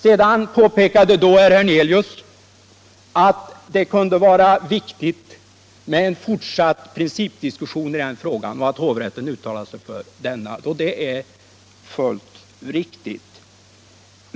Sedan påpekade herr Hernelius att det kunde vara viktigt med en fortsatt principdiskussion i den frågan och att Svea hovrätt uttalat sig härför, och det är fullt riktigt.